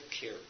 care